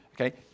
Okay